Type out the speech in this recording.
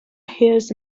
hears